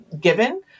given